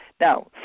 Now